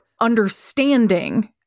understanding